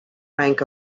rank